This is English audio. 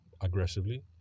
aggressively